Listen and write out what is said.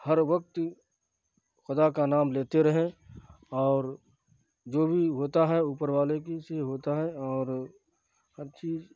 ہر وقت خدا کا نام لیتے رہیں اور جو بھی ہوتا ہے اوپر والے کی سے ہوتا ہے اور ہر چیز